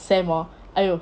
sem hor !aiyo!